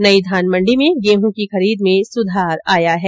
नई धानमंडी में गेहूं की खरीद में सुधार आया है